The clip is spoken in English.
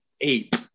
Ape